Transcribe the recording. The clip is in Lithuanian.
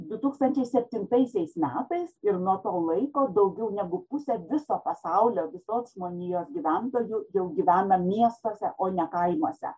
du tūkstančiai septintaisiai metais ir nuo to laiko daugiau negu pusė viso pasaulio visos žmonijos gyventojų jau gyvena miestuose o ne kaimuose